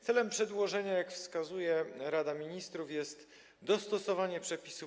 Celem przedłożenia, jak wskazuje Rada Ministrów, jest dostosowanie przepisów